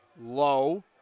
Low